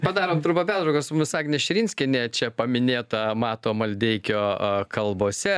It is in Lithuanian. padarom trumpą pertrauką su mumis agnė širinskienė čia paminėta mato maldeikio kalbose